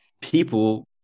people